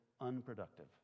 unproductive